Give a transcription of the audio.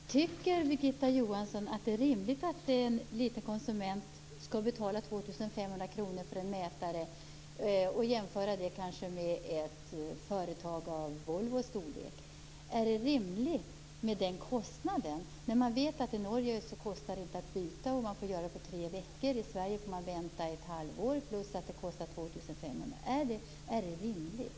Fru talman! Tycker Birgitta Johansson att det är rimligt att en liten konsument skall betala 2 500 kr för en mätare? Det kan man kanske jämföra med ett företag av Volvos storlek. Är det rimligt med den kostnaden? I Norge kostar det inte något att göra ett byte och man får göra det på tre veckor. I Sverige får man vänta i ett halvår. Dessutom kostar det 2 500 kr. Är det rimligt?